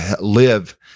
live